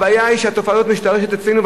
הבעיה היא שהתופעה הזאת משתרשת אצלנו,